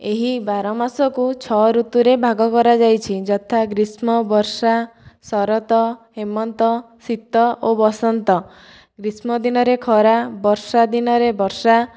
ଏହି ବାରମାସକୁ ଛଅ ଋତୁରେ ଭାଗ କରାଯାଇଛି ଯଥା ଗ୍ରୀଷ୍ମ ବର୍ଷା ଶରତ ହେମନ୍ତ ଶୀତ ଓ ବସନ୍ତ ଗ୍ରୀଷ୍ମ ଦିନରେ ଖରା ବର୍ଷାଦିନରେ ବର୍ଷା